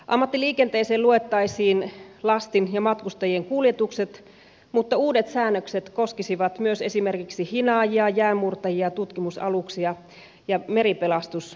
ammattiliikenteeseen luettaisiin lastin ja matkustajien kuljetukset mutta uudet säännökset koskisivat myös esimerkiksi hinaajia jäänmurtajia tutkimusaluksia ja meripelastusaluksia